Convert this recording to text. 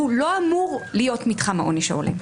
הוא לא אמור להיות מתחם העונש ההולם,